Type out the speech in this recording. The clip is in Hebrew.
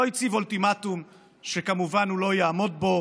לא הציב אולטימטום שכמובן הוא לא יעמוד בו